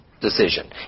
decision